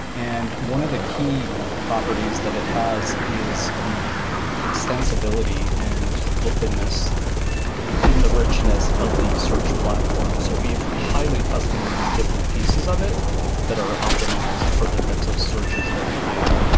and one of the key properties that it has is the extensibility and openness and the richness of these search platform. so we've highly customized different pieces of it that are optimized for the types of searches that we do.